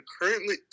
currently